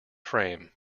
frame